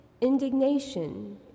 indignation